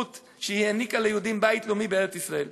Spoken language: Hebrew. בזכות זה שהיא העניקה ליהודים בית לאומי בארץ-ישראל.